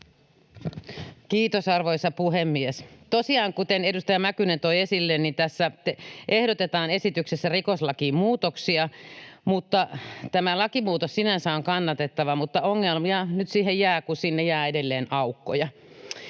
Kiitos, arvoisa puhemies! Tosiaan, kuten edustaja Mäkynen toi esille, tässä esityksessä ehdotetaan rikoslakiin muutoksia. Tämä lakimuutos sinänsä on kannatettava, mutta ongelmia nyt siihen jää, kun sinne jää edelleen aukkoja.